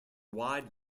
wide